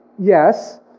Yes